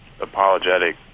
apologetic